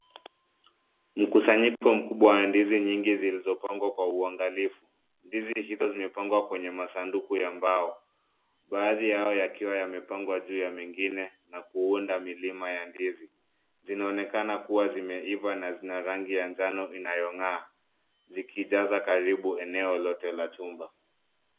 Mkusanyiko mkubwa wa ndizi nyingi zilizopangwa kwa uangalifu. Ndizi hizo zimepangwa kwenye masanduku ya mbao. Baadhi yao yakiwa yamepangwa juu ya mengine na kuunda milima ya ndizi. Zinaonekana kuwa zimeiva na zina rangi ya njano inayong'aa, zikijaza karibu eneo lote la chumba.